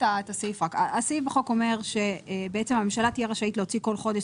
הסעיף בחוק אומר שהממשלה תהיה רשאית להוציא כל חודש